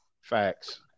facts